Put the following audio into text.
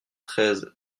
treize